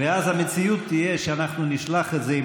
ואז המציאות תהיה שאנחנו נשלח את זה,